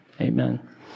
Amen